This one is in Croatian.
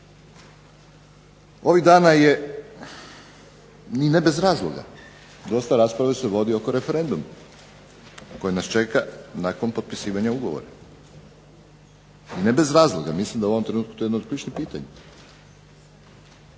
Ovih dana je i ne bez razloga, dosta rasprava se vodi oko referenduma koji nas čeka nakon potpisivanja ugovora. Ne bez razloga, mislim da je to u ovom trenutku jedno od ključnih pitanja.